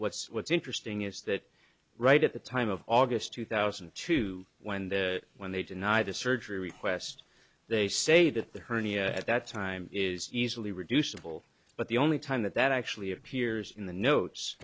what's what's interesting is that right at the time of august two thousand and two when they when they deny the surgery request they say that the hernia at that time is easily reducible but the only time that that actually appears in the notes